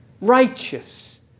Righteous